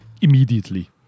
immediately